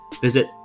Visit